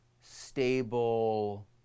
stable